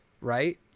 right